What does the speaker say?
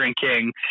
drinking